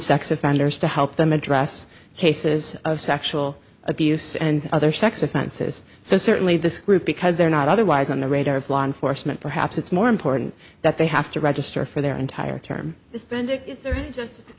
sex offenders to help them address cases of sexual abuse and other sex offenses so certainly this group because they're not otherwise on the radar of law enforcement perhaps it's more important that they have to register for their entire term spend